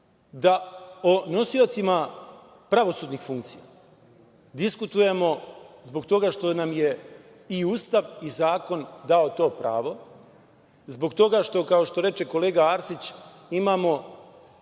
da o nosiocima pravosudnih funkcija diskutujemo, zbog toga što nam je i Ustav i zakon dao to pravo, zbog toga što, kao što reče kolega Arsić, imamo